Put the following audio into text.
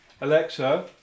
Alexa